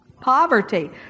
Poverty